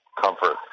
comfort